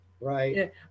Right